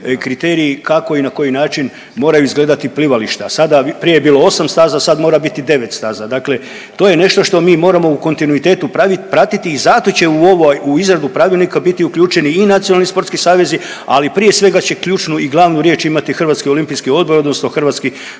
kriteriji kako i na koji način moraju izgledati plivališta, a sada, prije je bilo 8 staza, sad mora biti 9 staza, dakle to je nešto što mi moramo u kontinuitetu pratiti i zato će u ovo, u izradu Pravilnika biti uključeni i Nacionalni sportski savezi, ali prije svega će ključnu i glavnu riječ imati Hrvatski olimpijski odbor, odnosno Hrvatski